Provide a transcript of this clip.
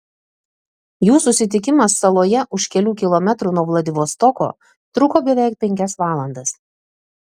jų susitikimas saloje už kelių kilometrų nuo vladivostoko truko beveik penkias valandas